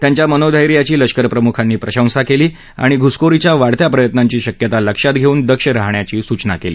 त्यांच्या मनोष्पैर्याची लष्करप्रमुखांनी प्रशंसा केली आणि घुसखोरीच्या वाढत्या प्रयत्नांची शक्यता लक्षात घेऊन दक्ष राहण्याची सूचना केली